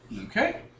Okay